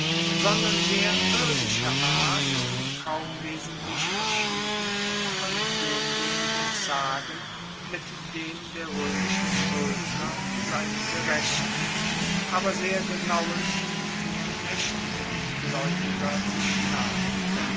sondern sehr irdischer art und kaum wesentlich verschieden von demjenigen zagen mit dem der roemische schuldner seinem gerechten aber sehr genauen und sehr maechtigen glaeubiger sich naht